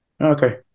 okay